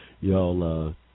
y'all